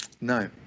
No